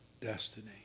destiny